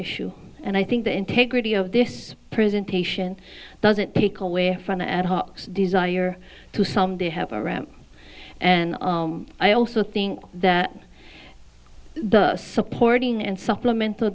issue and i think the integrity of this presentation doesn't take away from the ad hoc desire to someday have a ramp and i also think that the supporting and supplemental